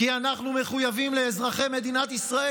כי אנחנו מחויבים לאזרחי מדינת ישראל,